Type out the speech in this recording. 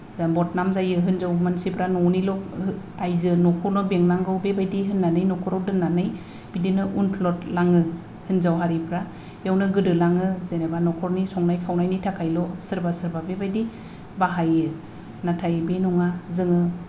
जा बदनाम जायो हिनजाव मानसिफ्रा न'निल' आइजो न'खौनो बेंनांगौ बेबायदि होननानै न'खराव दोननानै बिदिनो उनस्लद लाङो हिनजाव हारिफ्रा इयावनो गोदोलाङो जेनेबा नखरनि संनाय खावनायनि थाखायल' सोरबा सोरबा बेबायदि बाहायो नाथाय बे नङा जोङो